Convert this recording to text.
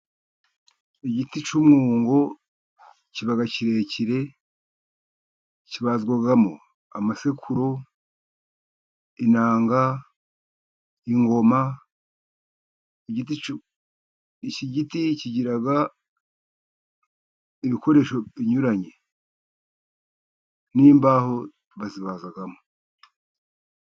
Igiti cy'umwungo kiba kirekire. Kibazwamo amasekuru, inanga, ingoma. Iki giti kigira ibikoresho binyuranye n'imbaho bazibazamo.